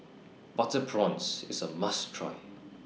Butter Prawns IS A must Try